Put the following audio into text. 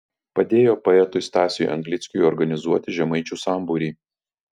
padėjo poetui stasiui anglickiui organizuoti žemaičių sambūrį